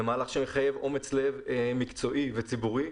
זה מהלך שמחייב אומץ לב מקצועי וציבורי,